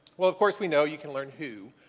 well of course we know you can learn who.